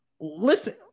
Listen